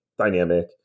dynamic